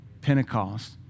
Pentecost